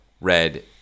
red